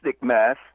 mass